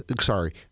Sorry